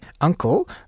Uncle